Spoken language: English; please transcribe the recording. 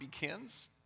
begins